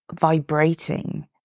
vibrating